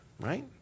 right